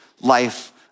life